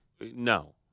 No